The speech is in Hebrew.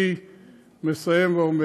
אני מסיים ואומר: